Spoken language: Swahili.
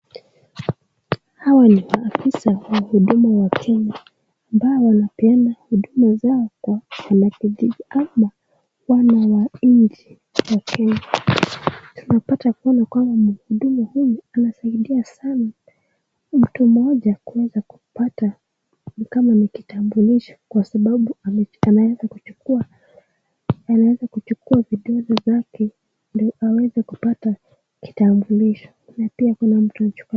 Hawa ni maafisa wa huduma wa Kenya ambao wanapeana huduma zao kwa wanakijiji ama wana wa nchi wa kenya. Tunapata kama mhudumu huyu anasaidia sana mtu mmoja kuweza kupata ni kama ni kitabulisho kwa sababu anaweza kuchukua vitu vizi zake ndio aweze kupata kitambulisho na pia kuna mtu huchukua,,,,